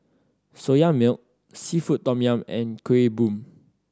Soya Milk seafood tom yum and Kuih Bom